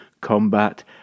combat